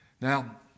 Now